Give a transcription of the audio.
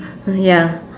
ya